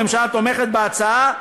הממשלה תומכת בהצעה,